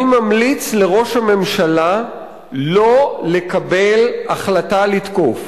"אני ממליץ לראש הממשלה לא לקבל החלטה לתקוף.